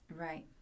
Right